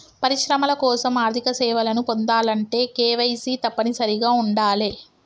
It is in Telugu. పరిశ్రమల కోసం ఆర్థిక సేవలను పొందాలంటే కేవైసీ తప్పనిసరిగా ఉండాలే